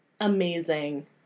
amazing